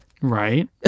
Right